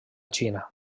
xina